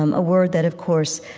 um a word that, of course,